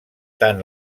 tant